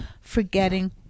forgetting